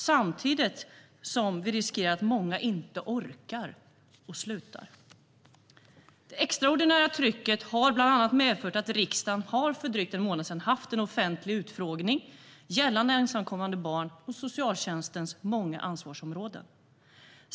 Samtidigt finns risken att många inte orkar utan slutar. Det extraordinära trycket har bland annat medfört att riksdagen för en månad sedan hade en offentlig utfrågning gällande ensamkommande barn och socialtjänstens många ansvarsområden.